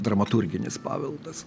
dramaturginis paveldas